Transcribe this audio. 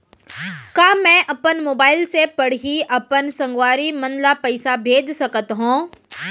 का मैं अपन मोबाइल से पड़ही अपन संगवारी मन ल पइसा भेज सकत हो?